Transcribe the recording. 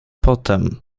potem